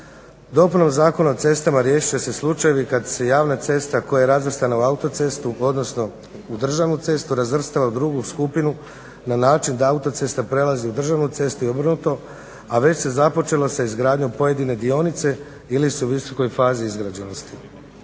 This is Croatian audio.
Dopunom Zakona o cestama riješit će se slučajevi kad se javna cesta koja je razvrstana u autocestu, odnosno u državnu cestu razvrstava u drugu skupinu na način da autocesta prelazi u državnu cestu i obrnuto, a već se započelo sa izgradnjom pojedine dionice ili su u visokoj fazi izgrađenosti.